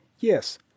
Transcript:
Yes